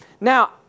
Now